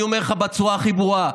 אני אומר לך בצורה הכי ברורה.